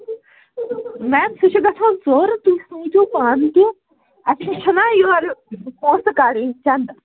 میم سُہ چھُ گژھان ژوٚر تُہۍ سوٗنچھِو پانہٕ تہِ اَسہِ تہِ چھُنہ یورٕ یِم پونسہٕ کَڑٕنۍ چَندٕ